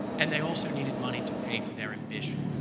and they also needed money to pay for their ambition.